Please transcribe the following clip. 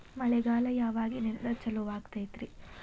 ಮಳೆಗಾಲ ಯಾವಾಗಿನಿಂದ ಚಾಲುವಾಗತೈತರಿ?